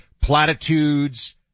Platitudes